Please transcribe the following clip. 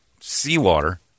seawater